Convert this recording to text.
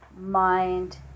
mind